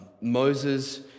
Moses